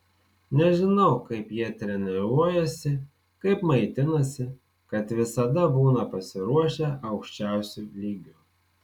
nežinau kaip jie treniruojasi kaip maitinasi kad visada būna pasiruošę aukščiausiu lygiu